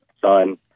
son